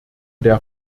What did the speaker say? der